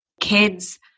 Kids